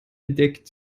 entdeckt